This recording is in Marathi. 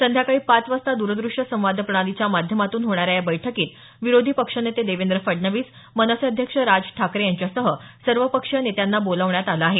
संध्याकाळी पाच वाजता द्रदृश्य संवाद प्रणालीच्या माध्यमातून होणाऱ्या या बैठकीत विरोधी पक्षनेते देवेंद्र फडणवीस मनसे अध्यक्ष राज ठाकरे यांच्यासह सर्वपक्षीय नेत्यांना बोलावण्यात आलं आहे